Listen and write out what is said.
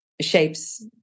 shapes